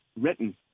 written